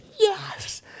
yes